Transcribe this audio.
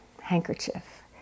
handkerchief